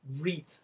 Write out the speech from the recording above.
read